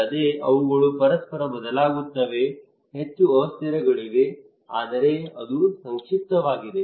ಅಲ್ಲದೆ ಅವುಗಳು ಪರಸ್ಪರ ಬದಲಾಗುತ್ತವೆ ಹೆಚ್ಚು ಅಸ್ಥಿರಗಳಿವೆ ಆದರೆ ಅದು ಸಂಕ್ಷಿಪ್ತವಾಗಿದೆ